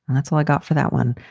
and that's all i got for that one.